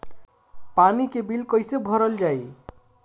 पानी के बिल कैसे भरल जाइ?